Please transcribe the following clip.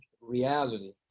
reality